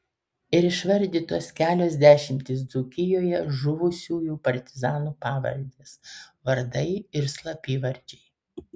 ir išvardytos kelios dešimtys dzūkijoje žuvusiųjų partizanų pavardės vardai ir slapyvardžiai